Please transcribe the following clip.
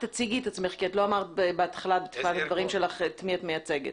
אמרת בתחילת דבריך את מי את מייצגת.